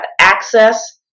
access